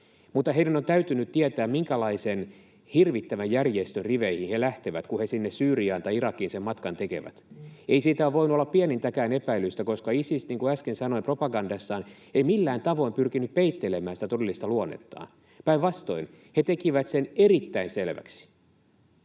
mutta heidän on täytynyt tietää, minkälaisen hirvittävän järjestön riveihin he lähtevät, kun he sinne Syyriaan tai Irakiin sen matkan tekevät. Ei siitä ole voinut olla pienintäkään epäilystä, koska Isis, niin kuin äsken sanoin, propagandassaan ei millään tavoin pyrkinyt peittelemään sitä todellista luonnettaan. Päinvastoin he tekivät sen erittäin selväksi.